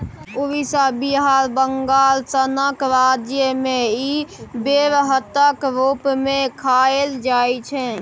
उड़ीसा, बिहार, बंगाल सनक राज्य मे इ बेरहटक रुप मे खाएल जाइ छै